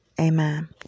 Amen